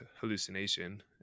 hallucination